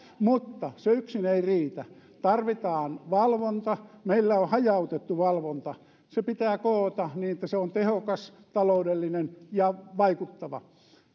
mutta se yksin ei riitä tarvitaan valvontaa meillä on hajautettu valvonta se pitää koota niin että se on tehokas taloudellinen ja vaikuttava